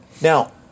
Now